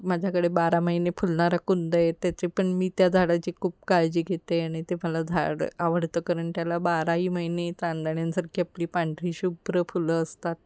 माझ्याकडे बारा महिने फुलणारा कुंद आहे त्याची पण मी त्या झाडाची खूप काळजी घेते आणि ते मला झाड आवडतं कारण त्याला बाराही महिने चांदण्यांसारखी आपली पांढरी शुभ्र फुलं असतात